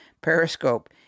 Periscope